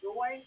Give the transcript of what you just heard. Joy